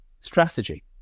strategy